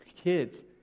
kids